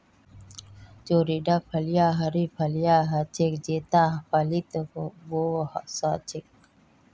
चौड़ीटा फलियाँ हरी फलियां ह छेक जेता फलीत वो स छेक